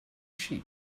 she